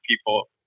people